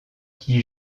qui